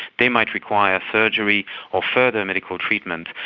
they might require surgery or further medical treatment,